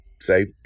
say